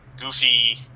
goofy